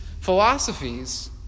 philosophies